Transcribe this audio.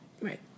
right